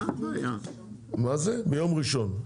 ביום ראשון.